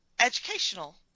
educational